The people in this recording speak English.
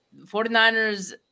49ers